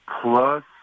plus